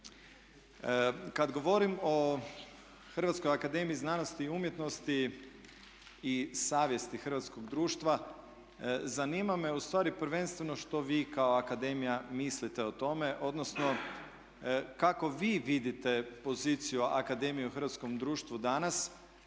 Kad govorim o Hrvatskoj akademiji znanosti i umjetnosti i savjesti hrvatskog društva zanima me ustvari prvenstveno što vi kao akademija mislite o tome, odnosno kako vi vidite poziciju akademije u hrvatskom društvu danas?